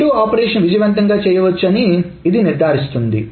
read operations విజయవంతంగా చేయవచ్చని ఇది నిర్ధారిస్తుంది